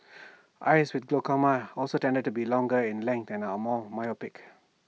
eyes with glaucoma also tended to be longer in length and are more myopic